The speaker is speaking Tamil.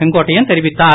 செங்கோட்டையன் தெரிவித்தார்